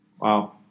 Wow